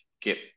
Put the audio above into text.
get